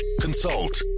consult